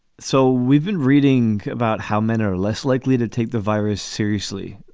so we've been reading about how men are less likely to take the virus seriously,